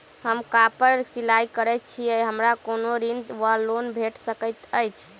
हम कापड़ सिलाई करै छीयै हमरा कोनो ऋण वा लोन भेट सकैत अछि?